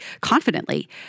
confidently